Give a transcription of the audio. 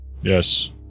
yes